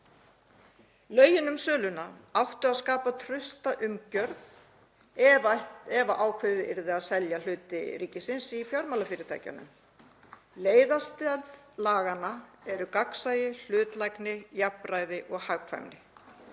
Lögin um söluna áttu að skapa trausta umgjörð ef ákveðið yrði að selja hluti ríkisins í fjármálafyrirtækjunum. Leiðarstef laganna eru gagnsæi, hlutlægni, jafnræði og hagkvæmni.